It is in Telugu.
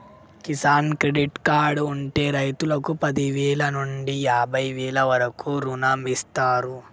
కిసాన్ క్రెడిట్ కార్డు ఉంటె రైతుకు పదివేల నుండి యాభై వేల వరకు రుణమిస్తారు